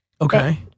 Okay